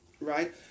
right